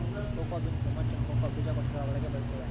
cocoa beans ರೋಮಾಂಚಕ cocoa ಬೀಜಕೋಶಗಳ ಒಳಗೆ ಬೆಳೆತ್ತವ